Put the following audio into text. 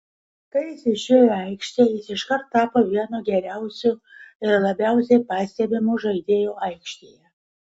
kai jis išėjo į aikštę jis iškart tapo vienu geriausiu ir labiausiai pastebimu žaidėju aikštėje